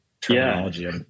terminology